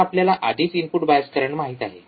आता आपल्याला आधीच इनपुट बायस करंट माहित आहे